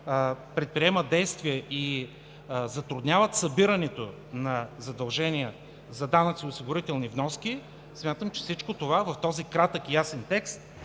предприемат действия и затрудняват събирането на задължения за данъци и осигурителни вноски смятам, че всичко това в този кратък и ясен текст